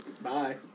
Bye